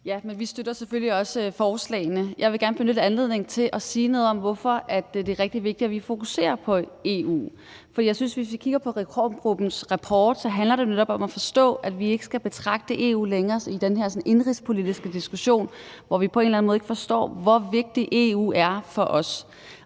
(ALT): Vi støtter selvfølgelig også forslaget. Jeg vil gerne benytte anledningen til at sige noget om, hvorfor det er rigtig vigtigt, at vi fokuserer på EU. Reformgruppens rapport handler netop om at forstå, at vi ikke længere skal diskutere EU som et indenrigspolitisk anliggende, hvor vi på en eller anden måde ikke forstår, hvor vigtigt EU er for os.